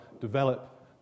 develop